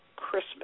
Christmas